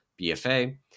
BFA